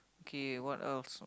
okay what else